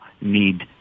need